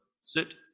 Sit